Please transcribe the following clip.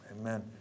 Amen